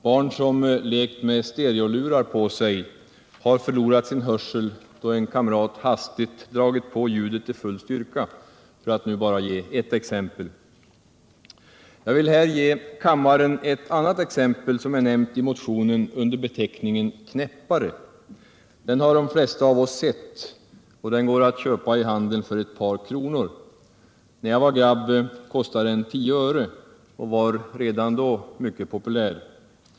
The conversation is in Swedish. Barn som lekt med stereolurar på sig har förlorat sin hörsel, då en kamrat hastigt dragit på ljudet till full styrka — för att nu bara ge ett exempel. Jag vill här visa kammarens ledamöter vad som i motionen går under beteckningen knäppare. De flesta av oss har sett den här leksaken. Det går att köpa den i handeln för ett par kronor. När jag var pojke kostade den tio öre och var redan då mycket populär.